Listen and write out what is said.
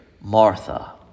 Martha